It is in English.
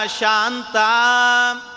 Shanta